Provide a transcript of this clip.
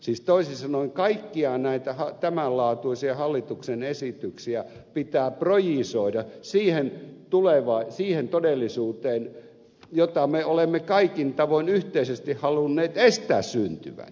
siis toisin sanoen kaikkia näitä tämän laatuisia hallituksen esityksiä pitää projisoida siihen todellisuuteen jota me olemme kaikin tavoin yhteisesti halunneet estää syntyvän